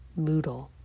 Moodle